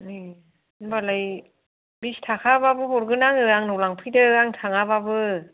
ए होनबालाय बिस थाखाबाबो हरगोन आंङो आंनाव लांफैदो आं थांआबाबो